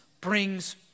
brings